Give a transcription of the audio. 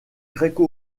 gréco